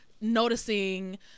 noticing